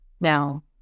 Now